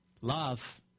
love